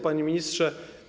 Panie Ministrze!